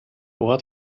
ort